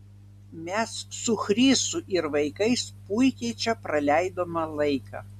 mes su chrisu ir vaikais puikiai čia praleidome laiką